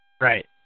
Right